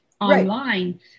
online